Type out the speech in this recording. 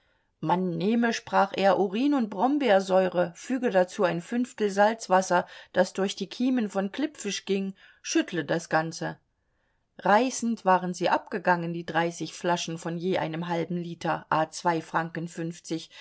man nehme sprach er urin und brombeersäure füge dazu ein fünftel salzwasser das durch die kiemen von klippfisch ging schüttle das ganze reißend waren sie abgegangen die dreißig flaschen von je einem halben liter zwei franken fünfzig